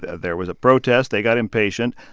there was a protest. they got impatient.